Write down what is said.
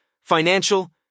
financial